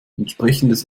entsprechendes